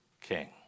king